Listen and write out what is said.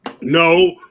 No